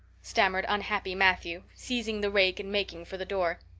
stammered unhappy matthew, seizing the rake and making for the door.